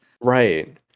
right